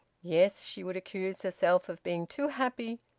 yes, she would accuse herself of being too happy,